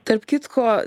tarp kitko